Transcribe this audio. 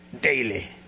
daily